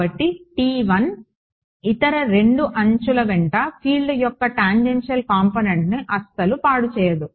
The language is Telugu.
కాబట్టి ఇతర 2 అంచుల వెంట ఫీల్డ్ యొక్క టాంజెన్షియల్ కాంపోనెంట్ను అస్సలు పాడు చేయదు